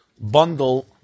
Bundle